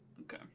Okay